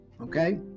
Okay